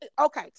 Okay